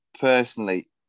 personally